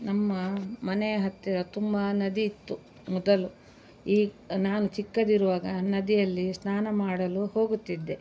ನಮ್ಮ ಮನೆಯ ಹತ್ತಿರ ತುಂಬ ನದಿ ಇತ್ತು ಮೊದಲು ಈ ನಾನು ಚಿಕ್ಕದಿರುವಾಗ ನದಿಯಲ್ಲಿ ಸ್ನಾನ ಮಾಡಲು ಹೋಗುತ್ತಿದ್ದೆ